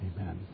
Amen